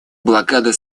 блокада